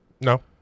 No